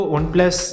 Oneplus